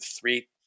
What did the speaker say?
three